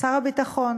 שר הביטחון.